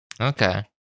Okay